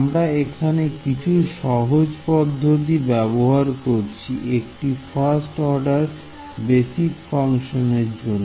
আমরা এখানে কিছু সহজ পদ্ধতি ব্যবহার করছি একটি ফার্স্ট অর্ডার বেসিক ফাংশনের জন্য